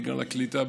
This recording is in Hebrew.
בגלל הקליטה,